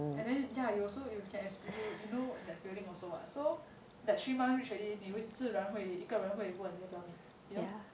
and then ya you also you can expect you you know that feeling also what so that three months reach already 你自然会一个人会问你要不要 meet you know